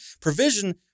provision